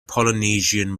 polynesian